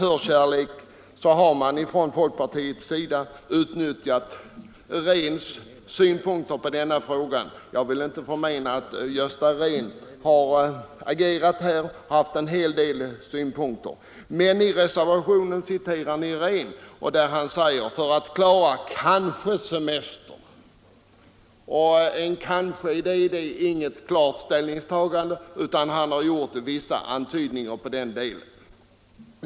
Folkpartiet har med förkärlek utnyttjat Rehns synpunkter på denna fråga. Just herr Rehn har agerat i frågan och haft en hel del synpunkter. Jag vill inte förmena honom det. Ni citerar Rehn även i er reservation, där det bl.a. heter ”för att klara kanske också semester”. Detta innebär att detta inte är något klart ställningstagande, utan Rehn har i den delen endast gjort vissa antydningar.